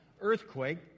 earthquake